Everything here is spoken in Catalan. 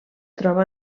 troba